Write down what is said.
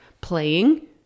playing